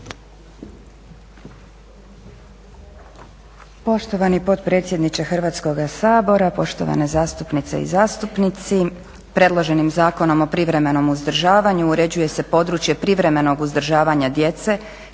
Poštovani potpredsjedniče Hrvatskoga sabora, poštovane zastupnice i zastupnici. Predloženim Zakonom o privremenom uzdržavanju uređuje se područje privremenog uzdržavanja djece